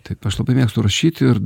taip aš labai mėgstu rašyti ir